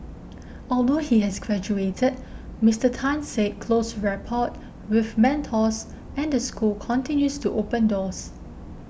although he has graduated Mister Tan said close rapport with mentors and the school continues to open doors